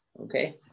okay